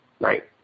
right